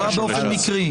זה קרה באופן מקרי.